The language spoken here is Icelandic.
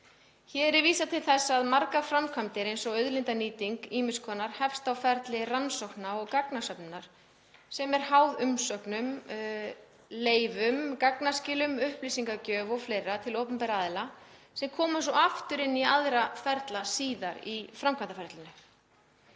Hér er vísað til þess að margar framkvæmdir, eins og auðlindanýting ýmiss konar hefst á ferli rannsókna og gagnasöfnunar sem er háð umsögnum, leyfum, gagnaskilum, upplýsingagjöf og fleira til opinberra aðila sem koma svo aftur inn í aðra ferla síðar í framkvæmdaferlinu.